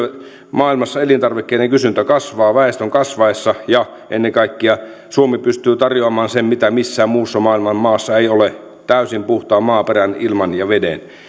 maailmassa elintarvikkeiden kysyntä kasvaa väestön kasvaessa ja ennen kaikkea suomi pystyy tarjoamaan sen mitä missään muussa maailman maassa ei ole täysin puhtaan maaperän ilman ja veden